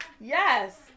Yes